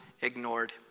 ignored